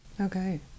Okay